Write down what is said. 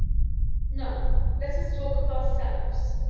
no let us talk of ourselves.